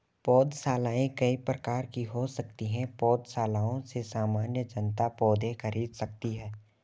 पौधशालाएँ कई प्रकार की हो सकती हैं पौधशालाओं से सामान्य जनता पौधे खरीद सकती है